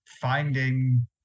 finding